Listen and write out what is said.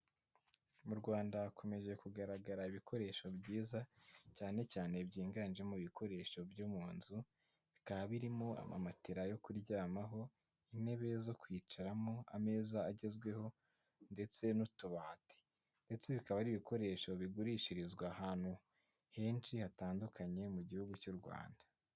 M'u Rwanda hakomeje kugaragara ibikoresho byiza cyane cyane byiganjemo ibikoresho byo mu nzu bikaba birimo: ama matira yo kuryamaho, intebe zo kwicaramo, ameza agezweho ndetse n'utubati ndetse bikaba ari ibikoresho bigurishirizwa ahantu henshi hatandukanye mu gihugu cy'u Rwanda.